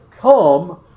come